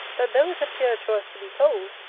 that though it appear to us to be cold,